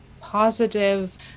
positive